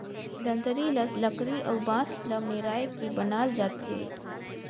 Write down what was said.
दँतरी ल लकरी अउ बांस ल मेराए के बनाल जाथे